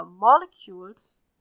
molecules